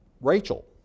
Rachel